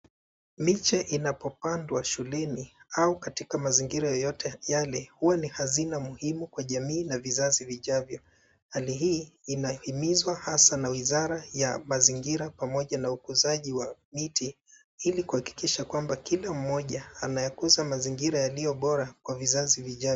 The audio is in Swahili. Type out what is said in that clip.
Miche inapopandwa shuleni au katika mazingira yoyote yale huwa ni hazina muhimu kwa jamii na vizazi vijavyo. Hali hii inahimizwa hasa na wizara ya mazingira pamoja na ukuzaji wa miti ili kuhakikisha kwamba kila mmoja anayakuza mazingira yaliyo bora kwa vizazi vijavyo.